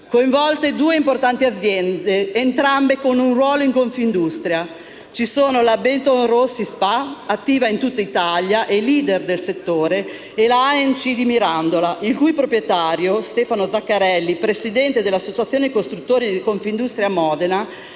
coinvolte due importanti aziende, entrambe con un ruolo in Confindustria. Si tratta della Betonrossi SpA, attiva in tutta Italia e *leader* del settore, e la A&C di Mirandola, il cui proprietario, Stefano Zaccarelli, presidente dell'Associazione nazionale costruttori edili di Modena,